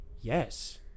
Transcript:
Yes